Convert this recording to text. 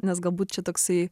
nes galbūt čia toksai